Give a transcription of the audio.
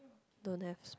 don't have